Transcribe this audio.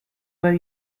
where